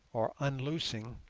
or unloosing,